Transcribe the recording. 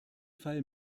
fall